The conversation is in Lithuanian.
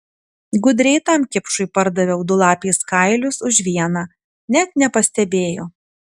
gudriai tam kipšui pardaviau du lapės kailius už vieną net nepastebėjo